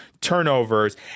turnovers